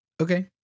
Okay